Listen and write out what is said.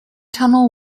tunnel